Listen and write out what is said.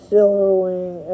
Silverwing